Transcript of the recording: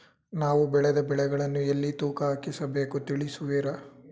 ನಾವು ಬೆಳೆದ ಬೆಳೆಗಳನ್ನು ಎಲ್ಲಿ ತೂಕ ಹಾಕಿಸಬೇಕು ತಿಳಿಸುವಿರಾ?